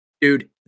dude